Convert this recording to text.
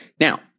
Now